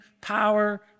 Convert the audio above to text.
power